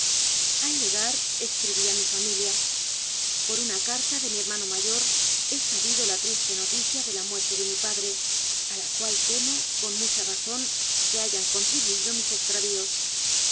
al llegar escribí a mi familia por una carta de mi hermano mayor he sabido la triste noticia de la muerte de mi padre a la cual temo con mucha razón que hayan con tribuido mis extravíos